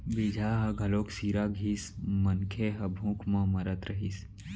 बीजहा ह घलोक सिरा गिस, मनखे ह भूख म मरत रहिस